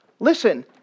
Listen